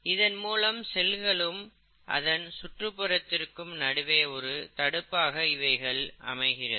இதன் மூலம் செல்களுக்கும் அதன் சுற்றுப்புறத்திற்கும் நடுவே ஒரு தடுப்பாக இவைகள் அமைகிறது